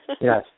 Yes